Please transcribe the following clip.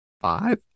five